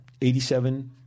87 –